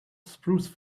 spruce